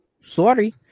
Sorry